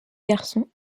garçons